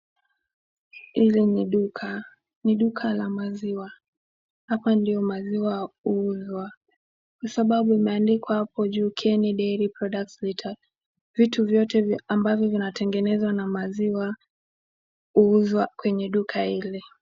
Hili ni duka. Ni duka la maziwa. Hapa ndio maziwa huuzwa. Ni sababu imeandikwa hapo juu Kieni Dairy Products Meet up. Vitu vyote vya ambavyo vinatengenezwa na maziwa huuzwa kwenye duka ile.